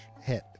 hit